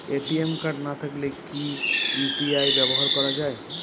ATM card না থাকলে কি ইউ.পি.আই ব্যবহার করা য়ায়?